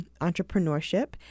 entrepreneurship